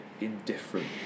indifferent